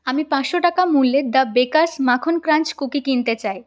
আমি পাঁচশো টাকা মূল্যের দ্য বেকারস্ মাখন ক্রাঞ্চ কুকি কিনতে চাই